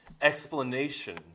explanation